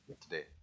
today